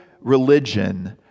religion